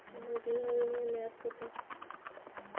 আমার গৃহ ঋণের মেয়াদ কত?